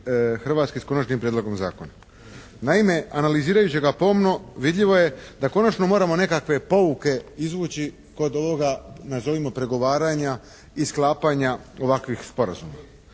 Hrvatske s konačnim prijedlogom zakona. Naime, analizirajući ga pomno vidljivo je da konačno moramo nekakve pouke izvući kod ovoga nazovimo pregovaranja i sklapanja ovakvih sporazuma.